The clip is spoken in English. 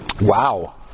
Wow